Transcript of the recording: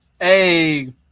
Hey